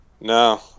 No